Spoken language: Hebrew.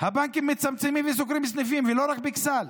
הבנקים מצמצמים וסוגרים סניפים, ולא רק באכסאל.